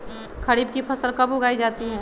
खरीफ की फसल कब उगाई जाती है?